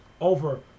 over